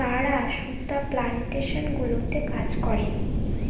তারা সুতা প্লানটেশন গুলোতে কাজ করে